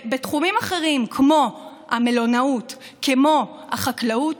בתחומים אחרים, כמו המלונאות, כמו החקלאות,